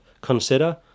Consider